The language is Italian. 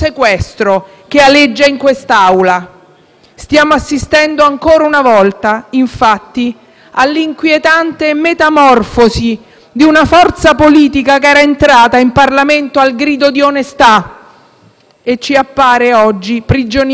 all'inquietante metamorfosi di una forza politica che era entrata in Parlamento al grido di onestà e che ci appare, oggi, prigioniera di convenienze politiche che la spingono a rinnegare tutto ciò per cui era nata.